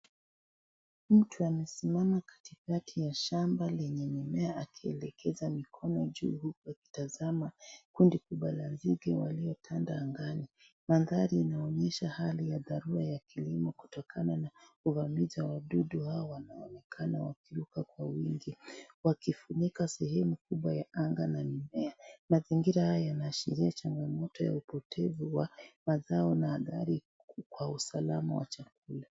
Mtu amesimama katikati ya shamba lenye mimea akielekeza mikono juu huku akitazama kundi kubwa la nzige waliotanda angani. Mandahri inaonyesha hali ya dharura ya kilimo kutokana na uvamizi wa wadudu hawa wanaoonekana wakiruka kwa wingi waifunika sehemu kubwa ya anga na mimea. Mazingira haya yanaashiria changamoto ya upotevu wa mazao na athari kwa usalama wa chakula.